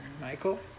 Michael